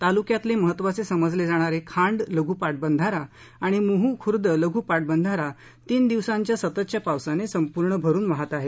तालुक्यातले महत्वाचे समजले जाणारे खांड लघु पाटबंधारा आणि मुँहू खुर्द लघु पाटबंधारा तीन दिवसांच्या सततच्या पावसानं संपूर्ण भरून वाहत आहेत